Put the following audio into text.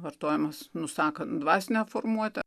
vartojamas nusakant dvasinę formuotę